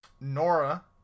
Nora